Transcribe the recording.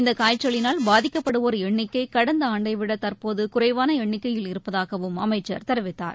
இந்தகாய்ச்சலினால் பாதிக்கப்படுவோர் எண்ணிக்கைகடந்தஆண்டவிடதற்போதுகுறைவானஎண்ணிக்கையில் இருப்பதாகவும் அமைச்சர் தெரிவித்தார்